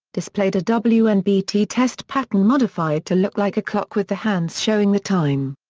displayed a wnbt test pattern modified to look like a clock with the hands showing the time.